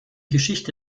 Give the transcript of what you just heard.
geschichte